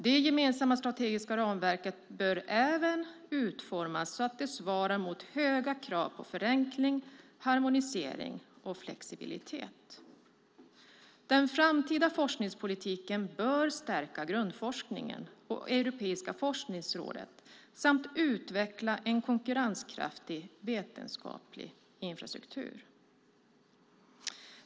Det gemensamma strategiska ramverket bör även utformas så att det svarar mot höga krav på förenkling, harmonisering och flexibilitet. Den framtida forskningspolitiken bör stärka grundforskningen och Europeiska forskningsrådet samt utveckla en konkurrenskraftig vetenskaplig infrastruktur.